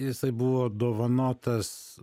jisai buvo dovanotas